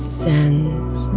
sends